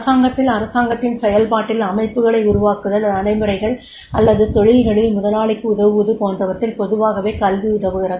அரசாங்கத்தில் அரசாங்கத்தின் செயல்பாட்டில் அமைப்புகளை உருவாக்குதல் நடைமுறைகள் அல்லது தொழில்களில் முதலாளிக்கு உதவுவது போன்றவற்றில் பொதுவாகவே கல்வி உதவுகிறது